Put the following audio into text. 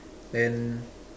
then